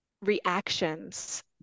reactions